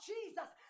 Jesus